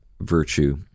virtue